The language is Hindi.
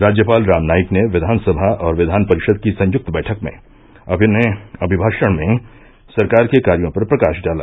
राज्यपाल राम नाईक ने विधानसभा और विधान परिषद की संयुक्त बैठक में अपने अभिभाषण में सरकार के कार्यो पर प्रकाश डाला